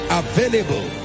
available